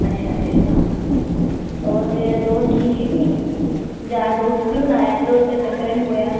अच्छा अच्छा होर तेरे दोस्त ठीक नी जादा दोस्त नी बनाया दोस्त दे चक्कर च नि पवेआं